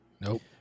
Nope